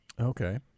Okay